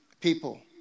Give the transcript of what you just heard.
people